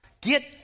Get